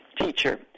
teacher